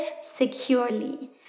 securely